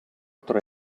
tra